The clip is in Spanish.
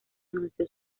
anunció